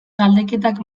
galdeketak